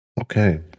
Okay